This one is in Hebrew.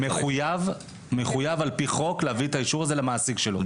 -- מחויב על פי חוק להביא את האישור הזה למעסיק שלו,